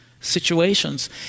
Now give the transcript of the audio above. Situations